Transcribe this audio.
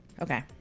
okay